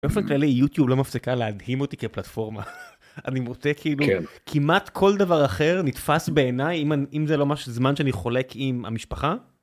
באופן כללי יוטיוב לא מפסיקה להדהים אותי כפלטפורמה, אני מודה כאילו, כמעט כל דבר אחר נתפס בעיני אם זה לא זמן שאני חולק עם המשפחה.